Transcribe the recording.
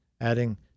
adding